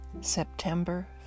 September